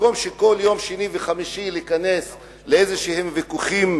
במקום שכל שני וחמישי ניכנס לאיזשהם ויכוחים